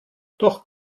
doch